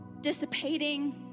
dissipating